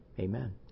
Amen